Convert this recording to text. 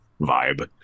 vibe